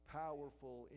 powerful